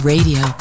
Radio